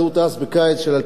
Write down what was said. בקיץ 2010,